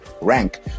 rank